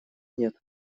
нет